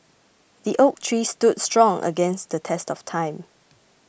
the oak tree stood strong against the test of time